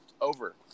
over